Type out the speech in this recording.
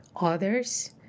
Others